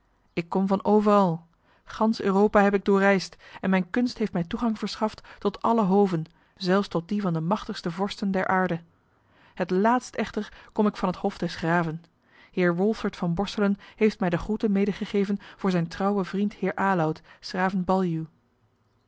ik kom van overal gansch europa heb ik doorreisd en mijne kunst heeft mij toegang verschaft tot alle hoven zelfs tot die van de machtigste vorsten der aarde het laatst echter kom ik van het hof des graven heer wolfert van borselen heeft mij de groeten medegegeven voor zijn trouwen vriend heer